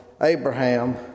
Abraham